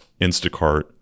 Instacart